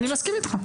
אני מסכים אתך.